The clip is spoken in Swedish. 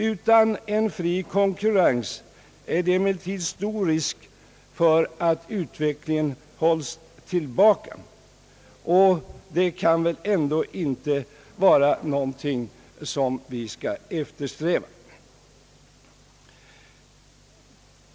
Utan en fri konkurrens är det emellertid stor risk för att utvecklingen hålls tillbaka, vilket väl ändå inte kan vara något att eftersträva.